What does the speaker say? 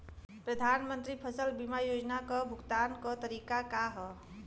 प्रधानमंत्री फसल बीमा योजना क भुगतान क तरीकाका ह?